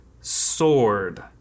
sword